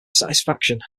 satisfaction